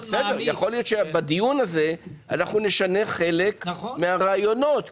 יכול להיות שבדיון הזה אנחנו נשנה חלק מהרעיונות -- נכון.